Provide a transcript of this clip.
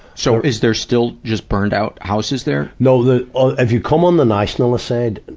so, is there still just burned out houses there? no, the if you come on the nationalist side,